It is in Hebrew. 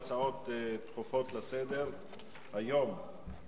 הצעות דחופות לסדר-היום שמספרן 4689,